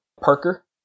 parker